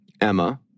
Emma